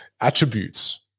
attributes